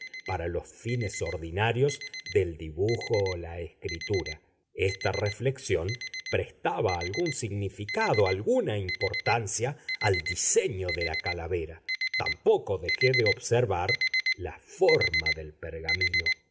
para los fines ordinarios del dibujo o la escritura esta reflexión prestaba algún significado alguna importancia al diseño de la calavera tampoco dejé de observar la forma del pergamino